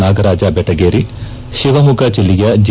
ನಾಗರಾಜ ಬೆಟಗೇರಿ ಶಿವಮೊಗ್ಗ ಜಿಲ್ಲೆಯ ಜೆ